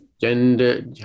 gender